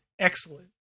excellent